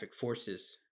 forces